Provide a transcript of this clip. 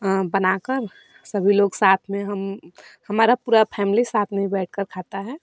बनाकर सभी लोग साथ में हम हमारा पूरा फैमली साथ में बैठकर खाता है